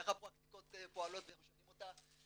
איך הפרקטיקות פועלות ואיך משנים אותה,